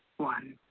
one.